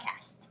podcast